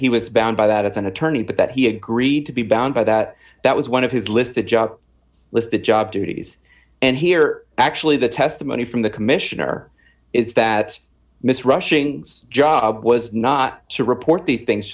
he was bound by that as an attorney but that he agreed to be bound by that that was one of his listed job listed job duties and here actually the testimony from the commissioner is that miss rushing job was not to report these things